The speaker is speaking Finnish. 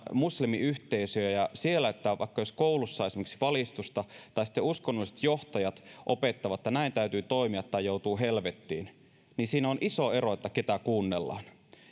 muslimiyhteisöjä niin vaikka jos koulussa on esimerkiksi valistusta tai sitten uskonnolliset johtajat opettavat että näin täytyy toimia tai joutuu helvettiin niin siinä on iso ero ketä kuunnellaan